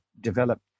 developed